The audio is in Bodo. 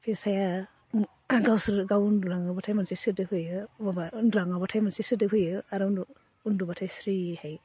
फेसाया गावसोरो उन्दु लाङोब्लाथाय मोनसे सोदोब होयो अ माबा उन्दुलाङाब्लाथाय मोनसे सोदोब होयो आरो उन्दुब्लाथाय स्रि थायो